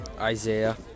Isaiah